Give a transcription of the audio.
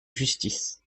justice